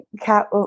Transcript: Cat